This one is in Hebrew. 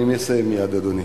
אני מסיים מייד, אדוני.